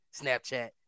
Snapchat